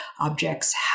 objects